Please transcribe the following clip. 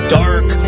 dark